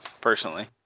personally